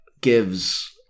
gives